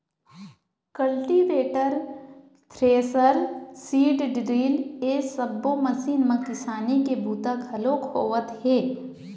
cultivator, thresher, seed drill ए सब्बो machine म किसानी के बूता घलोक होवत हे